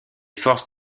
forces